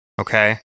okay